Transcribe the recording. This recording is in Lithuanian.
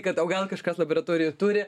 kad o gal kažkas laboratorijoj turi